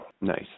nice